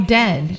dead